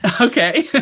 Okay